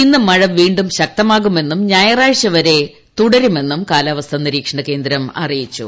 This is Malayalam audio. ഇന്ന് മഴ വീണ്ടും ശക്തമാകുമെന്നും ഞായറാഴ്ച വരെ മഴ തുടരുമെന്നും കാലാവസ്ഥാ നിരീക്ഷണ കേന്ദ്രം അറിയിച്ചു